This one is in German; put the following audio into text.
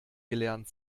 gelernt